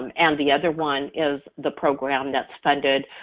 um and the other one is the program that's funded